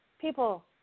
people